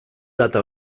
data